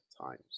times